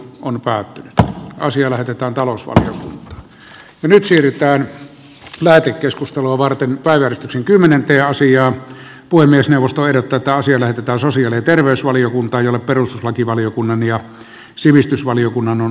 puhemiesneuvosto ehdottaa että asia lähetetään talous menisi lykkää lähetekeskustelua varten päivä kymmenenteen sijaan puhemiesneuvosto irtotaasia lähetetään sosiaali ja terveysvaliokuntaan jolle perustuslakivaliokunnan ja sivistysvaliokunnan on annettava lausunto